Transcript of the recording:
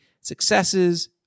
successes